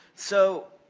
so,